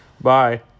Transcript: Bye